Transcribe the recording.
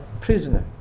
prisoner